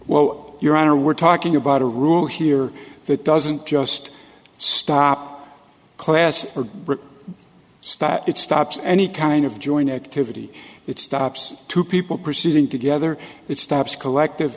well your honor we're talking about a rule here that doesn't just stop the class or stop it stops any kind of joint activity it stops two people proceeding together it stops collective